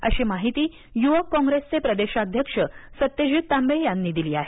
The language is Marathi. अशी माहिती यूवक काँग्रेसचे प्रदेशाध्यक्ष सत्यजित तांबे यांनी दिली आहे